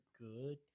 good